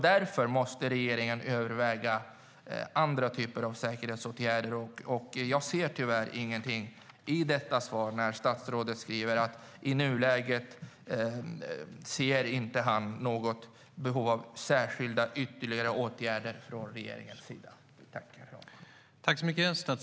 Därför måste regeringen överväga andra typer av säkerhetsåtgärder. Jag ser tyvärr ingenting i detta svar, där statsrådet säger att han i nuläget inte ser något behov av särskilda ytterligare åtgärder från regeringens sida.